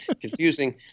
confusing